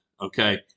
Okay